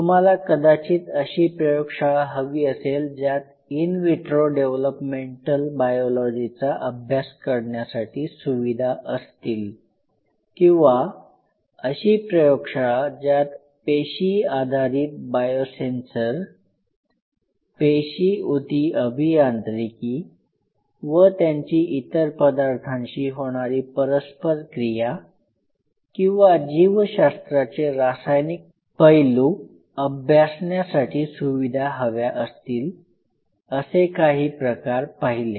तुम्हाला कदाचित अशी प्रयोगशाळा हवी असेल ज्यात इन विट्रो डेवलपमेंटल बायोलॉजीचा अभ्यास करण्यासाठी सुविधा असतील किंवा अशी प्रयोगशाळा ज्यात पेशी आधारित बायोसेन्सर पेशी उती अभियांत्रिकी व त्यांची इतर पदार्थांशी होणारी परस्परक्रिया किंवा जीवशास्त्राचे रासायनिक पैलू अभ्यासण्यासाठी सुविधा हव्या असतील असे काही प्रकार पहिले